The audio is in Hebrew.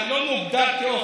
לא מוגדר כאוכל.